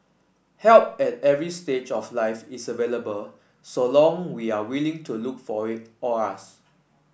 help at every stage of life is available so long we are willing to look for it or ask